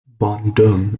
bandung